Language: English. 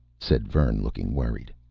said vern, looking worried.